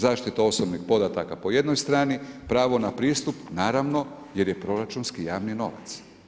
Zaštita osobnih podataka po jednoj strani, pravo na pristup, naravno jer je proračunski javni novac.